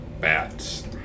bats